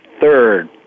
third